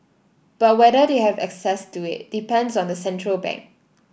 but whether they have access to it depends on the central bank